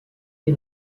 des